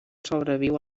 sobreviu